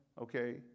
Okay